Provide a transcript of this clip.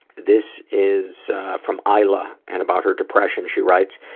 this is from isla and about her depression. she writes,